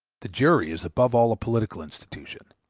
the jury is above all a political institution,